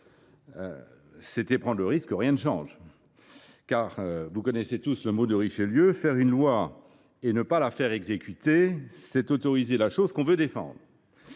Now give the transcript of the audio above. c’était prendre le risque que rien ne change. En effet, vous connaissez tous le mot de Richelieu :« Faire une loi et ne pas la faire exécuter, c’est autoriser la chose qu’on veut défendre.